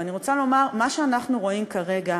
ואני רוצה לומר: מה שאנחנו רואים כרגע,